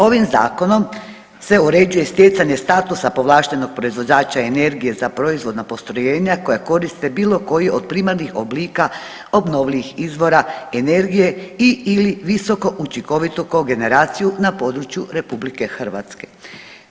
Ovim Zakonom se uređuje stjecanje statusa povlaštenog proizvođača energije za proizvodna postrojenja koja koriste bilo koji od primarnih oblika obnovljivih izvora energije i ili visoko učinkovitu kogeneraciju na području Republike Hrvatske.